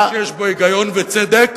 מה שיש בו היגיון וצדק,